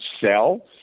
sell